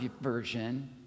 version